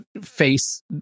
face